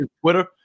Twitter